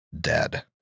dead